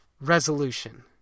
resolution